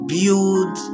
Build